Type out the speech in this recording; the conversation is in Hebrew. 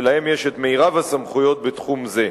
שלהם יש רוב הסמכויות בתחום זה.